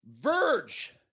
Verge